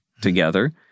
together